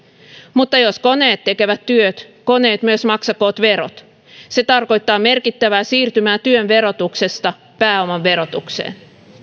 mutta jos koneet tekevät työt koneet myös maksakoot verot se tarkoittaa merkittävää siirtymää työn verotuksesta pääoman verotukseen